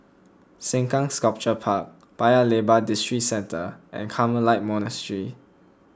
Sengkang Sculpture Park Paya Lebar Districentre and Carmelite Monastery